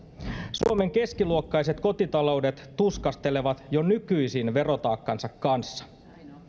suomen keskiluokkaiset kotitaloudet tuskastelevat jo nykyisin verotaakkansa kanssa